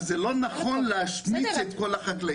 אז זה לא נכון להשמיץ את כל החקלאים.